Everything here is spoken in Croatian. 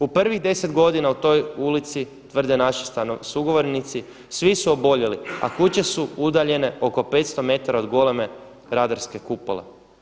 U prvih 10 godina u toj ulici tvrde naši sugovornici svi su oboljeli, a kuće su udaljene oko 500 metara od goleme radarske kupole.